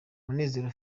munezero